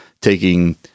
taking –